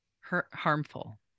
harmful